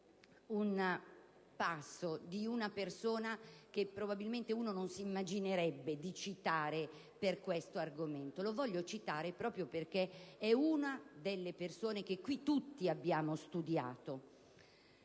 un passo di una persona che probabilmente non ci si immaginerebbe di poter citare su questo argomento. Lo voglio citare perché è una delle persone che tutti abbiamo studiato: